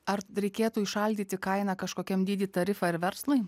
ar reikėtų įšaldyti kainą kažkokiam dydį tarifą ir verslui